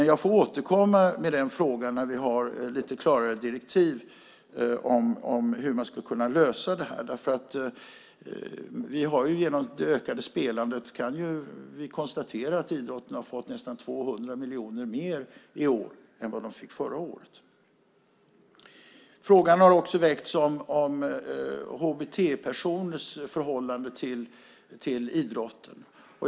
Jag återkommer till den frågan när vi har lite klarare direktiv om hur man ska kunna lösa detta. Vi kan konstatera att idrotten, genom det ökade spelandet, har fått nästan 200 miljoner mer i år än förra året. Frågan har också väckts om HBT-personers förhållande till idrotten.